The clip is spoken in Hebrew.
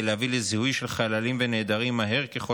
כדי להביא לזיהוי של חללים ונעדרים מהר ככל